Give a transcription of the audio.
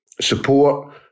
support